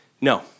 No